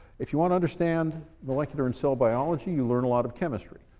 if you want to understand molecular and cell biology, you learn a lot of chemistry.